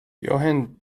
johan